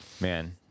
Man